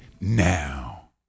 now